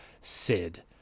Sid